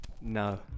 No